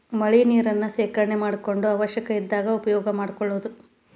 ಮಳಿ ನೇರನ್ನ ಶೇಕರಣೆ ಮಾಡಕೊಂಡ ಅವಶ್ಯ ಇದ್ದಾಗ ಉಪಯೋಗಾ ಮಾಡ್ಕೊಳುದು